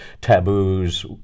taboos